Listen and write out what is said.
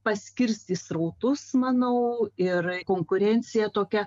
paskirstys srautus manau ir konkurencija tokia